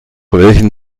welchen